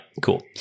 Cool